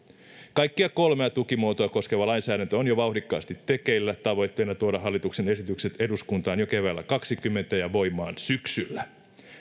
kaikkia kolmea tukimuotoa koskeva lainsäädäntö on jo vauhdikkaasti tekeillä tavoitteena tuoda hallituksen esitykset eduskuntaan jo keväällä kaksituhattakaksikymmentä ja voimaan syksyllä